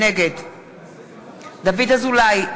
נגד דוד אזולאי,